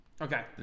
okay